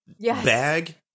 bag